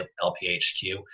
LPHQ